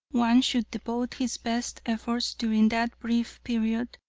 one should devote his best efforts during that brief period,